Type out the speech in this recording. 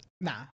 Nah